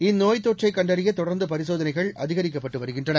இந்நோய்த் தொற்றை கண்டறிய தொடர்ந்து பரிசோதனைகள் அதிகரிக்கப்பட்டு வருகின்றன